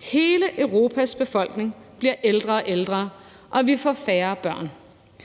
Hele Europas befolkning bliver ældre og ældre, og vi får færre børn.